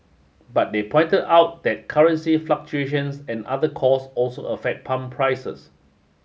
but they pointed out that currency fluctuations and other costs also affect pump prices